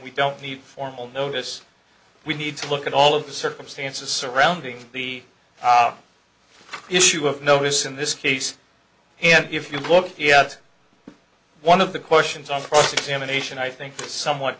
we don't need formal notice we need to look at all of the circumstances surrounding the issue of notice in this case and if you look at one of the questions on cross examination i think it's somewhat